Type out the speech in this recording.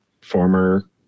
former